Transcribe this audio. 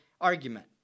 argument